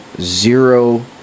zero